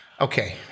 Okay